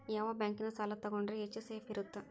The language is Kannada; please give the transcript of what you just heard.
ಯಾವ ಬ್ಯಾಂಕಿನ ಸಾಲ ತಗೊಂಡ್ರೆ ಹೆಚ್ಚು ಸೇಫ್ ಇರುತ್ತಾ?